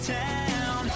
town